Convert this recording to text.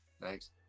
Thanks